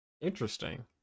interesting